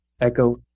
Echo